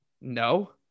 no